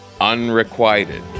Unrequited